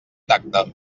tacte